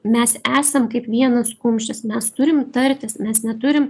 mes esam kaip vienas kumštis mes turim tartis mes neturim